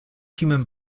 human